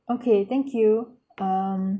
okay thank you um